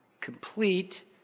complete